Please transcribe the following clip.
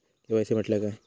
KYC म्हटल्या काय?